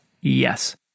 yes